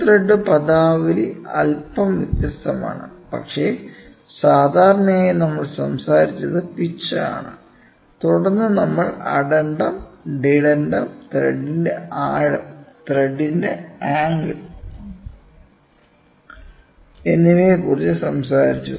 screw thread പദാവലി അല്പം വ്യത്യസ്തമാണ് പക്ഷേ സാധാരണയായി നമ്മൾ സംസാരിച്ചത് പിച്ച് ആണ് തുടർന്ന് നമ്മൾ അഡെൻഡം ഡെഡെൻഡം ത്രെഡിന്റെ ആഴം ത്രെഡിന്റെ ആംഗിൾ എന്നിവയെക്കുറിച്ച് സംസാരിച്ചു